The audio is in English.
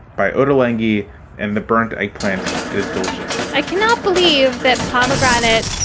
by ottolenghi and the burnt eggplant. it's delicious i cannot believe that pomegranate.